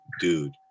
dude